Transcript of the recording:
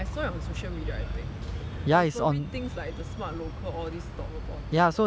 I saw it on social media I think but it's probably things like the smart local all these talk about it lor